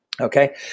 Okay